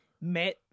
met